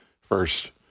first